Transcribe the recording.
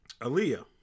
Aaliyah